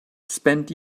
spent